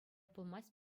пулмасть